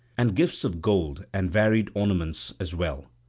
and gifts of gold and varied ornaments as well,